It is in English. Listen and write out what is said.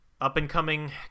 up-and-coming